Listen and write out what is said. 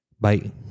Bye